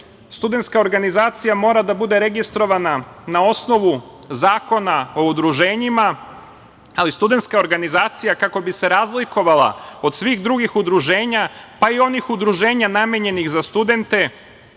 Srbiji. Studentska organizacija mora da bude registrovana na osnovu Zakona o udruženjima, ali studentska organizacija, kako bi se razlikovala od svih drugih udruženja, pa i onih udruženja namenjenih za studente,